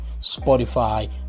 Spotify